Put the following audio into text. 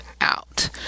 out